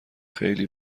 خیلی